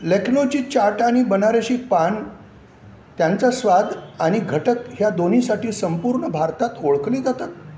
लखनौची चाट आणि बनारसी पान त्यांचा स्वाद आणि घटक ह्या दोन्हीसाठी संपूर्ण भारतात ओळखले जातात